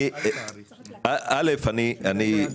אני חושבת